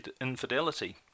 infidelity